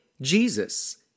Jesus